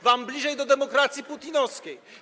Wam bliżej do demokracji Putinowskiej.